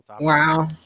Wow